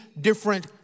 different